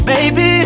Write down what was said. Baby